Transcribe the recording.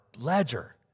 ledger